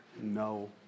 No